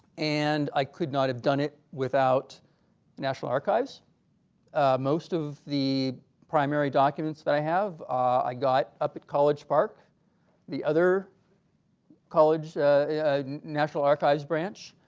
and i could not have done it without national archives most of the primary documents that i have i got up at college park the other college a national archives branch